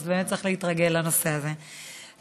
אז צריך להתרגל לנושא הזה,